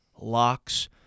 locks